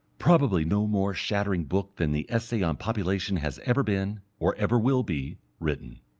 probably no more shattering book than the essay on population has ever been, or ever will be, written.